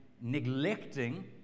neglecting